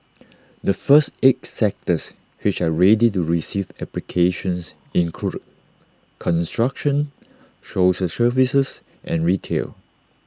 the first eight sectors which are ready to receive applications include construction social services and retail